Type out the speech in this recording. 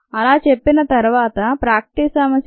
అలా చెప్పిన తరువాత ప్రాక్టీస్ సమస్య 2